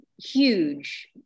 huge